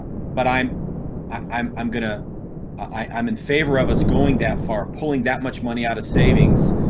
but i'm i'm i'm gonna i am in favor of us going that far, pulling that much money out of savings.